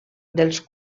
dels